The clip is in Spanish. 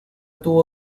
tuvo